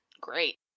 great